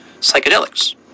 psychedelics